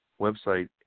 website